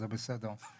זה בסדר.